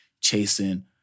chasing